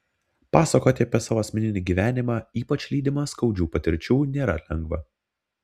pasakoti apie savo asmeninį gyvenimą ypač lydimą skaudžių patirčių nėra lengva